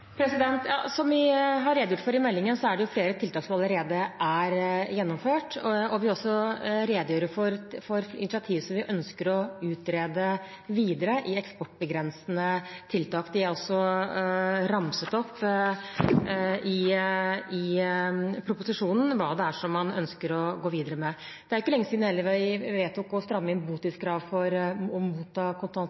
Som vi har redegjort for i meldingen, er det flere tiltak som allerede er gjennomført. Vi vil også redegjøre for initiativ som vi ønsker å utrede videre om eksportbegrensende tiltak. Det er også ramset opp i meldingen hva man ønsker å gå videre med. Det er heller ikke lenge siden at vi vedtok å stramme inn botidskrav for å motta